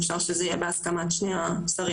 אפשר שזה יהיה בהסכמת שני השרים,